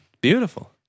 Beautiful